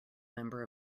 member